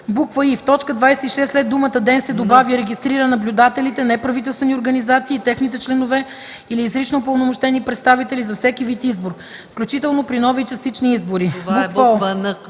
н) в т. 26 след думата „ден” се добавя „регистрира наблюдателите – неправителствени организации и техните членове или изрично упълномощени представители, за всеки вид избор, включително при нови и частични избори”; о) в т.